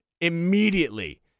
immediately